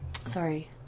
Sorry